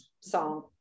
song